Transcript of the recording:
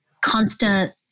constant